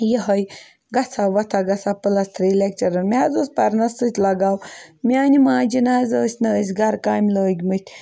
یِہٕے گژھہا وۄتھٕ ہا گژھٕ ہا پٕلَس تھری لیکچَرَر مےٚ حظ اوس پَرنَس سۭتۍ لَگاو میانہِ ماجہِ نہ حظ ٲسۍ نہٕ أسۍ گَرٕ کامہِ لٲگۍ مٕتۍ